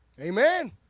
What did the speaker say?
Amen